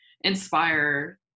inspire